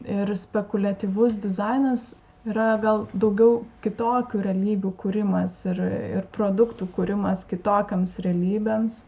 ir spekuliatyvus dizainas yra gal daugiau kitokių realybių kūrimas ir ir produktų kūrimas kitokioms realybėms